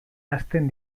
hasten